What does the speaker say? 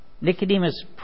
Nicodemus